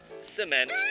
...cement